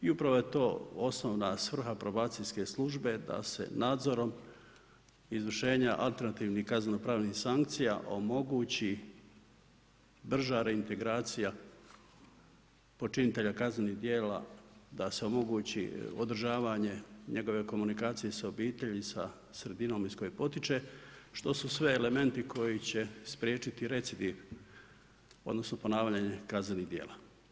I upravo je to osnovna svrha probacijske službe da se nadzorom izvršenja alternativnih kaznenopravnih sankcija omogući brža reintegracija počinitelja kaznenih djela, da se omogući održavanje njegove komunikacije sa obitelji i sredine iz koje potiče što su sve elementi koji će spriječiti recidiv odnosno ponavljanje kaznenih djela.